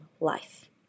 life